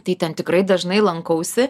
tai ten tikrai dažnai lankausi